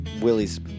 Willie's